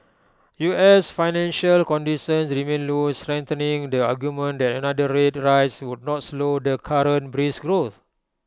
U S financial conditions remain loose strengthening the argument that another rate rise would not slow the current brisk growth